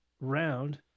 round